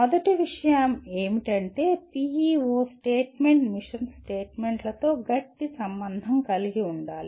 మొదటి విషయం ఏమిటంటే PEO స్టేట్మెంట్ మిషన్ స్టేట్మెంట్లతో గట్టిగా సంబంధం కలిగి ఉండాలి